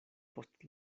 post